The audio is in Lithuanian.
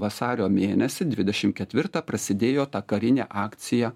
vasario mėnesį dvidešim ketvirtą prasidėjo ta karinė akcija